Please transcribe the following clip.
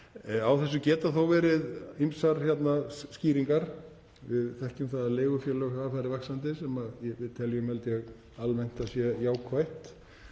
Á þessu geta verið ýmsar skýringar. Við þekkjum það að leigufélög hafi farið vaxandi sem við teljum, held ég, almennt að sé jákvætt